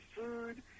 food